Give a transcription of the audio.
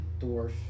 dwarf